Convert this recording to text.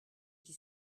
qui